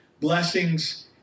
blessings